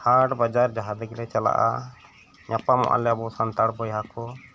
ᱦᱟᱴ ᱵᱟᱡᱟᱨ ᱡᱟᱦᱟᱸ ᱛᱮᱜᱮ ᱞᱮ ᱪᱟᱞᱟᱜᱼᱟ ᱧᱟᱯᱟᱢᱚᱜᱼᱟ ᱞᱮ ᱥᱟᱱᱛᱟᱲ ᱵᱚᱭᱦᱟ ᱠᱚ